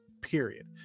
period